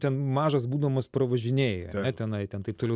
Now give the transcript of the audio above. ten mažas būdamas pravažinėja tenai ten taip toliau